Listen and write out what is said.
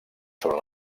sobre